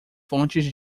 fontes